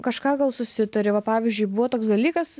kažką gal susitari va pavyzdžiui buvo toks dalykas